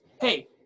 Hey